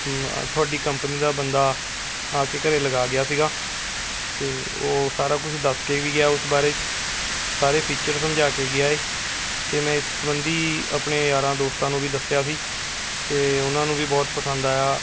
ਤੁਹਾਡੀ ਕੰਪਨੀ ਦਾ ਬੰਦਾ ਆ ਕੇ ਘਰੇ ਲਗਾ ਗਿਆ ਸੀਗਾ ਅਤੇ ਉਹ ਸਾਰਾ ਕੁਝ ਦੱਸ ਕੇ ਵੀ ਗਿਆ ਉਸ ਬਾਰੇ 'ਚ ਸਾਰੇ ਫੀਚਰ ਸਮਝਾ ਕੇ ਗਿਆ ਏ ਅਤੇ ਮੈਂ ਇਸ ਸੰਬੰਧੀ ਆਪਣੇ ਯਾਰਾਂ ਦੋਸਤਾਂ ਨੂੰ ਵੀ ਦੱਸਿਆ ਸੀ ਅਤੇ ਉਹਨਾਂ ਨੂੰ ਵੀ ਬਹੁਤ ਪਸੰਦ ਆਇਆ